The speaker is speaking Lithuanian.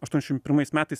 aštuoniasdešim pirmais metais